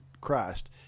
Christ